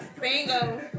Bingo